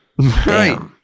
Right